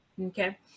Okay